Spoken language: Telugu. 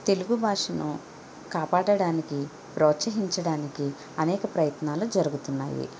తెలుగు భాషను కాపాడడానికి ప్రోత్సహించడానికి అనేక ప్రయత్నాలు జరుగుతున్నాయి